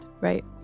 right